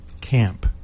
camp